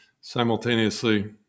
simultaneously